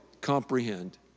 comprehend